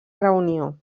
reunió